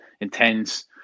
intense